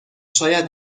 شاید